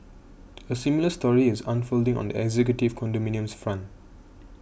a similar story is unfolding on the executive condominiums front